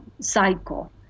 cycle